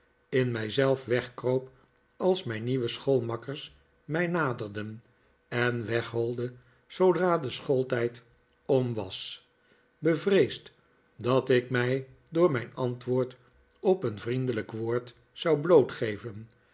in mij zelf wegkroop als mijn nieuwe schoolmakkers mij naderden en wegholde zoodra de schooltijd om was bevreesd dat ik mij door mijn antwoord op een vriendelijk woord zou